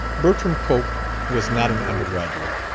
bertram cope was not an undergraduate.